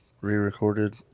re-recorded